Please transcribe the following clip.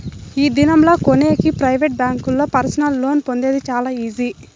ఈ దినం లా కొనేకి ప్రైవేట్ బ్యాంకుల్లో పర్సనల్ లోన్ పొందేది చాలా ఈజీ